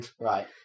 Right